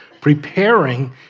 preparing